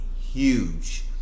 huge